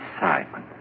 Simon